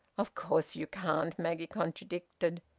of course you can't! maggie contradicted.